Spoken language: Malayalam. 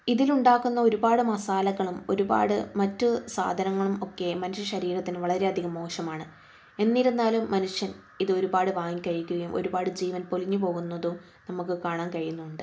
ഇതിൽ ഉണ്ടാക്കുന്ന ഒരുപാട് മസാലകളും ഒരുപാട് മറ്റു സാധനങ്ങളും ഒക്കെ മനുഷ്യ ശരീരത്തിന് വളരെയധികം മോശമാണ് എന്നിരുന്നാലും മനുഷ്യൻ ഇത് ഒരുപാട് വാങ്ങി കഴിക്കുകയും ഒരുപാട് ജീവൻ പൊലിഞ്ഞു പോകുന്നതും നമുക്ക് കാണാൻ കഴിയുന്നുണ്ട്